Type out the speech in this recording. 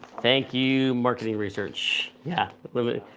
thank you, marketing research. yeah. limit,